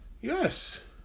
Yes